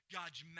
God's